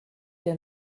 der